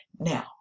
Now